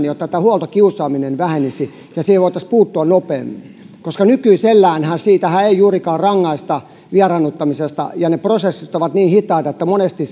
jotta huoltokiusaaminen vähenisi ja siihen voitaisiin puuttua nopeammin nykyiselläänhän siitä ei juurikaan rangaista vieraannuttamisesta ja ne prosessit ovat niin hitaita että monesti